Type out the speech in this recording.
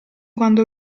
quando